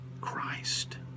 Christ